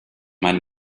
meine